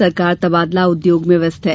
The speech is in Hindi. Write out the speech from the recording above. सरकार तबादला उद्योग में व्यस्त है